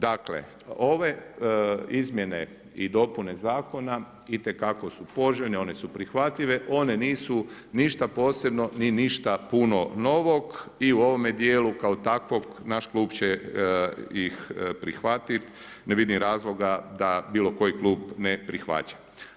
Dakle, ove izmjene i dopune zakona itekako su poželjne, one su prihvatljive, one nisu ništa posebno ni ništa puno novog i u ovome dijelu kao takvog naš Klub će ih prihvatit, ne vidim razloga da bilo koji klub ne prihvaća.